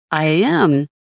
IAM